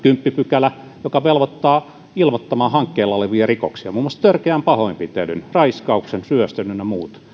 pykälä joka velvoittaa ilmoittamaan hankkeilla olevia rikoksia muun muassa törkeän pahoinpitelyn raiskauksen ryöstön ynnä muut